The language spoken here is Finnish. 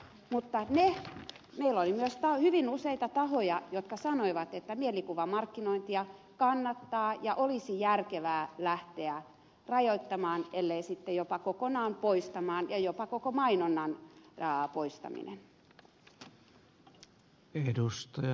meillä oli myös hyvin useita tahoja jotka sanoivat että mielikuvamarkkinointia kannattaa ja olisi järkevää lähteä rajoittamaan ellei sitten jopa kokonaan poistamaan ja jopa koko mainonta poistamaan